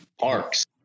Parks